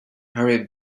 hurried